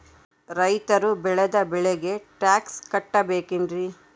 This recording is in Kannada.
ರೈತರು ಬೆಳೆದ ಬೆಳೆಗೆ ಟ್ಯಾಕ್ಸ್ ಕಟ್ಟಬೇಕೆನ್ರಿ?